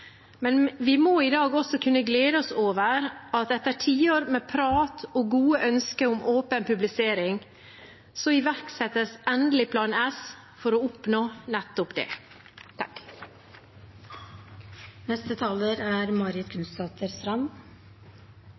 Men vi må i dag også kunne glede oss over at etter tiår med prat og gode ønsker om åpen publisering iverksettes endelig Plan S for å oppnå nettopp dette. Jeg er glad for å kunne debattere det